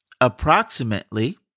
approximately